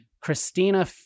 Christina